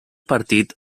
partit